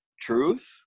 truth